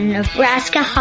Nebraska